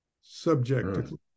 subjectively